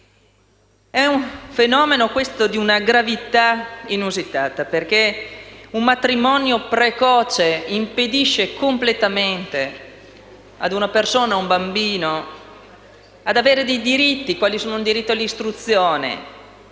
di un fenomeno di una gravità inusitata, perché un matrimonio precoce impedisce completamente ad una persona, ad un bambino di godere di diritti quale l'istruzione,